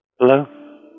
Hello